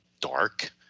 dark